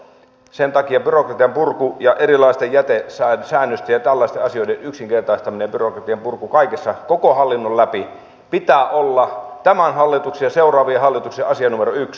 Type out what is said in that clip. sen takia byrokratian purku ja erilaisten jätesäännösten ja tällaisten asioiden yksinkertaistamisen ja byrokratian purun kaikessa koko hallinnon läpi pitää olla tämän hallituksen ja seuraavien hallitusten asia numero yksi